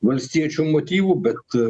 valstiečių motyvų bet